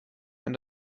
wenn